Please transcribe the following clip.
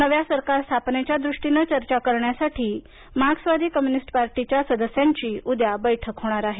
नव्या सरकार स्थापनेच्या दृष्टीनं चर्चा करण्यासाठी मार्क्सवादी कम्युनिस्ट पार्टीच्या सदस्यांची उद्या बैठक होणार आहे